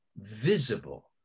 visible